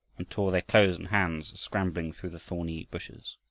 and tore their clothes and hands scrambling through the thorny bushes.